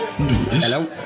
Hello